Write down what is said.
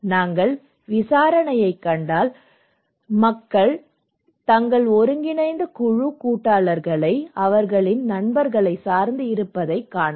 நாங்கள் விசாரணையைக் கண்டால் மக்கள் தங்கள் ஒருங்கிணைந்த குழு கூட்டாளர்களை அவர்களின் நண்பர்களைச் சார்ந்து இருப்பதைக் காணலாம்